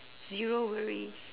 zero worries